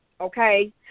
okay